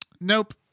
Nope